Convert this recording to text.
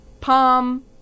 Palm